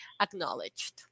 acknowledged